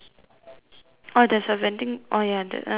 oh there's a vending oh ya that that one is a vending machine